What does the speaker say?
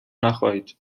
نخایید